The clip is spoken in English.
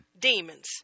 demons